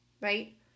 right